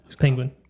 Penguin